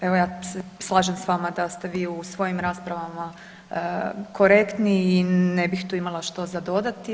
Evo ja se slažem sa vama da ste vi u svojim raspravama korektni i ne bih tu imala što za dodati.